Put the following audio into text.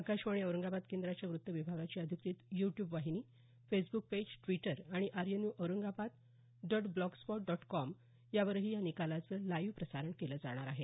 आकाशवाणी औरंगाबाद केंद्राच्या वृत्त विभागाची अधिकृत यू ट्यूब वाहिनी फेसबूक पेज द्विटर आणि आरएनय Aurangabad dot blogspot dot com चा वरही या निकालांचं लाईव्ह प्रसारण केलं जाईल